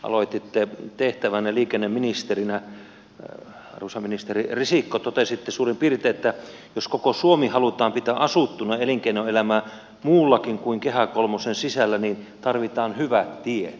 aloititte tehtävänne liikenneministerinä arvoisa ministeri risikko ja totesitte suurin piirtein että jos koko suomi halutaan pitää asuttuna elinkeinoelämää muuallakin kuin kehä kolmosen sisällä niin tarvitaan hyvät tiet